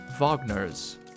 Wagner's